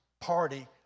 party